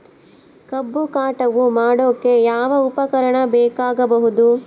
ಕಬ್ಬು ಕಟಾವು ಮಾಡೋಕೆ ಯಾವ ಉಪಕರಣ ಬೇಕಾಗಬಹುದು?